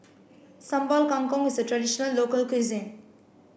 Sambal Kangkong is a traditional local cuisine